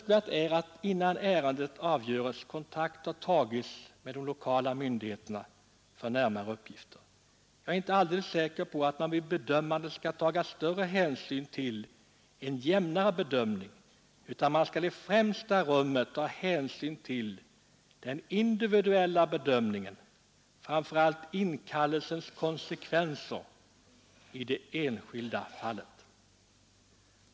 Önskvärt är att innan ärende avgöres kontakt tas med lokala myndigheter för närmare upplysning. Jag är inte alldeles säker på att man skall eftersträva en jämnare bedömning; man skall i främsta rummet göra en individuell bedömning, framför allt av inkallelsens konsekvenser i det enskilda fallet.